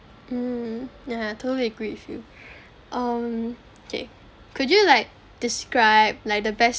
mm yeah I totally agree with you um kay could you like describe like the best